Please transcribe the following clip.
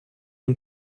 den